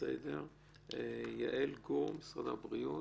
משרד המשפטים,